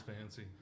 fancy